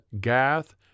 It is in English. Gath